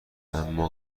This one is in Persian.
اما